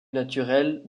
naturels